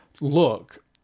look